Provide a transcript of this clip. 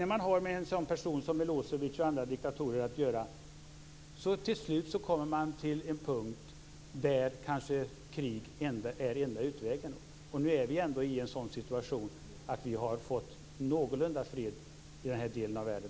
När man har med personer som Milosevic och andra diktatorer att göra kommer man till slut till en punkt då krig kanske är enda utvägen. Nu är vi ändå i en situation då vi har fått någorlunda fred i denna del av världen.